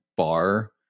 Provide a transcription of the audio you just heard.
Bar